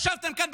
וישבתם כאן,